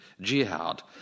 Jihad